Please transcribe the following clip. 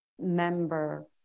member